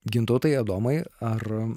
gintautai adomai ar